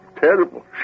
terrible